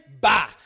bye